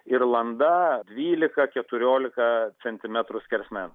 ir landa dvylika keturiolika centimetrų skersmens